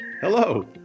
hello